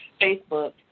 Facebook